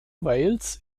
wales